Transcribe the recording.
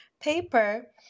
paper